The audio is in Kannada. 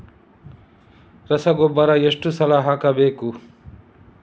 ರಸಗೊಬ್ಬರ ಎಷ್ಟು ಸಲ ಹಾಕಬೇಕು?